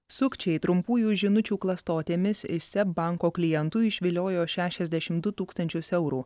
sukčiai trumpųjų žinučių klastotėmis iš seb banko klientų išviliojo šešiasdešim du tūkstančius eurų